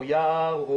או יער,